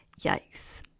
Yikes